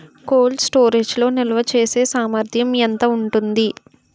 Cold storage లో నిల్వచేసేసామర్థ్యం ఎంత ఉంటుంది?